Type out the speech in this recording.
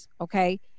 okay